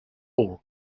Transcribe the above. all